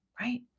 Right